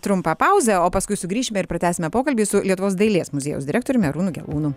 trumpą pauzę o paskui sugrįšime ir pratęsime pokalbį su lietuvos dailės muziejaus direktoriumi arūnu gelūnu